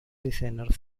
designer